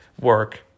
work